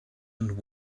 and